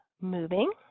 moving